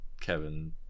kevin